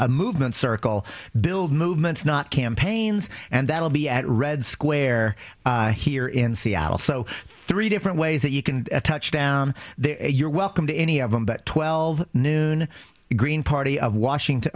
a movement circle build movements not campaigns and that will be at red square here in seattle so three different ways that you can touch down there you're welcome to any of them but twelve noon green party of washington